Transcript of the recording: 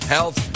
Health